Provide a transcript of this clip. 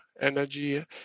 energy